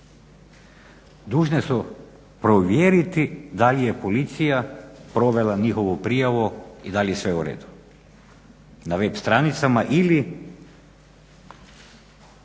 dužne su provjeriti da li je policija provela njihovu prijavu i da li je sve uredu na web stranicama ili